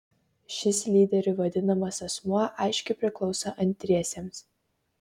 šis lyderiu vadinamas asmuo aiškiai priklauso antriesiems